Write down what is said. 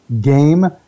game